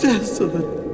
Desolate